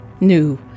new